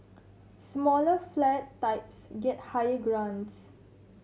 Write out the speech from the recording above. smaller flat types get higher grants